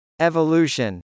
Evolution